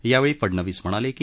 यावेळी फडणवीस म्हणाले की